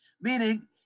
Meaning